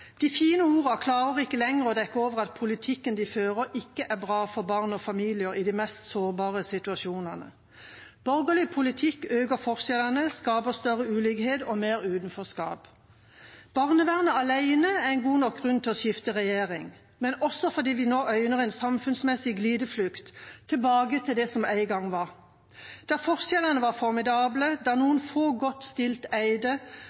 De fine ordene klarer ikke lenger å dekke over at politikken de fører, ikke er bra for barn og familier i de mest sårbare situasjonene. Borgerlig politikk øker forskjellene, skaper større ulikhet og mer utenforskap. Barnevernet alene er god nok grunn til å skifte regjering, men også at vi nå øyner en samfunnsmessig glideflukt tilbake til det som en gang var: da forskjellene var formidable, da noen få godt stilte eide